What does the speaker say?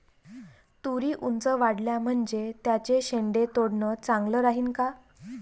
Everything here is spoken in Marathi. तुरी ऊंच वाढल्या म्हनजे त्याचे शेंडे तोडनं चांगलं राहीन का?